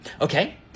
Okay